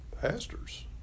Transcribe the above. pastors